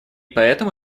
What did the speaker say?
поэтому